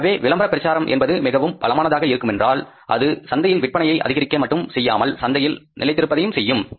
எனவே விளம்பரப் பிரச்சாரம் என்பது மிகவும் பலமானதாக இருக்குமென்றால் அது சந்தையில் விற்பனையை அதிகரிக்க மட்டும் செய்யாமல் சந்தையில் நிலைத்திருப்பதையும் செய்யும்